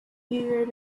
eager